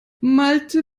malte